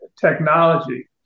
technology